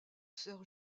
sœur